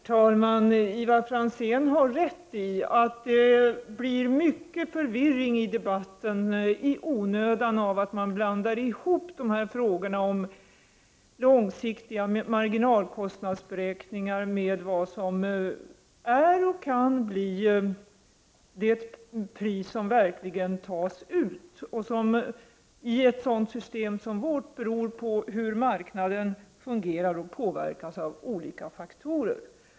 Herr talman! Ivar Franzén har rätt i att det i onödan blir en stor förvirring i debatten när man blandar ihop frågorna om långsiktiga marginalkostnadsberäkningar med det pris som verkligen tas ut och som i ett system som vårt beror på hur marknaden fungerar och hur den påverkas av olika faktorer.